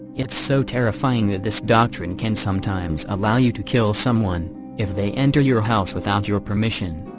it's so terrifying that this doctrine can sometimes allow you to kill someone if they enter your house without your permission.